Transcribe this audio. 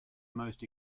most